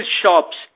shops